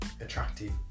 attractive